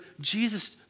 Jesus